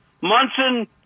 Munson